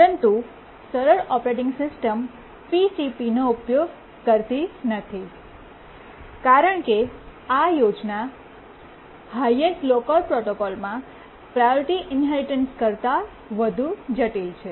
પરંતુ સરળ operating systems PCP નો ઉપયોગ કરતી નથી કારણ કે આ યોજના હાયેસ્ટ લોકર પ્રોટોકોલમાં પ્રાયોરિટી ઇન્હેરિટન્સ કરતા વધુ જટિલ છે